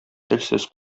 телсез